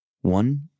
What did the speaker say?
One